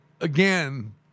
again